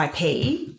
IP